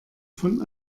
von